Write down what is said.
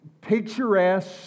picturesque